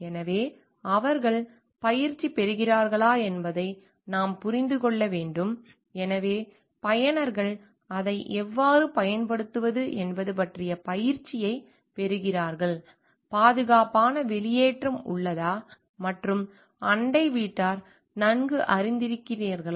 எனவே அவர்கள் பயிற்சி பெறுகிறார்களா என்பதை நாம் புரிந்து கொள்ள வேண்டும் எனவே பயனர்கள் அதை எவ்வாறு பயன்படுத்துவது என்பது பற்றிய பயிற்சியைப் பெறுகிறார்கள் பாதுகாப்பான வெளியேற்றம் உள்ளதா மற்றும் அண்டை வீட்டார் நன்கு அறிந்திருக்கிறீர்களா